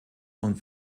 und